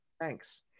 Thanks